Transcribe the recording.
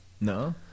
No